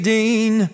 Dean